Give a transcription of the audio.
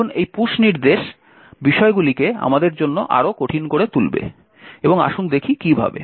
এখন এই পুশ নির্দেশ বিষয়গুলিকে আমাদের জন্য আরও কঠিন করে তুলবে এবং আসুন দেখি কিভাবে